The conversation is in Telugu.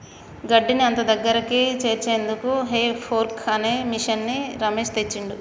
గడ్డిని అంత ఒక్కదగ్గరికి చేర్చేందుకు హే ఫోర్క్ అనే మిషిన్ని రమేష్ తెచ్చిండు